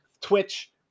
Twitch